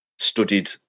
studied